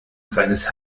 seines